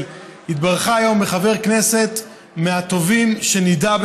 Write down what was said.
התברכו היום בחבר כנסת מהטובים שנדע,